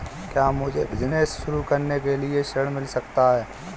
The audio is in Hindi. क्या मुझे बिजनेस शुरू करने के लिए ऋण मिल सकता है?